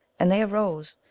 and they arose,